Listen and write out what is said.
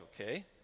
okay